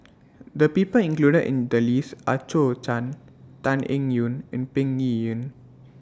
The People included in The list Are Zhou Can Tan Eng Yoon and Peng Yuyun